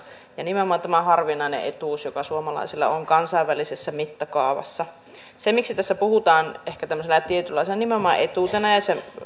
ja nimenomaan tämä harvinainen etuus joka suomalaisilla on kansainvälisessä mittakaavassa sehän miksi tästä puhutaan sanana ehkä nimenomaan tämmöisenä tietynlaisena etuutena